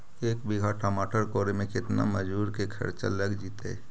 एक बिघा टमाटर कोड़े मे केतना मजुर के खर्चा लग जितै?